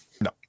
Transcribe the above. No